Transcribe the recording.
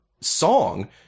song